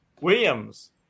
Williams